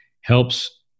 helps